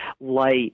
light